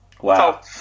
Wow